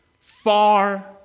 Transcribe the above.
far